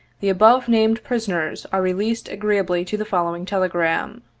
the above named prisoners are released agreeably to the following telegram.